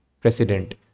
president